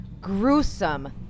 gruesome